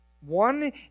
One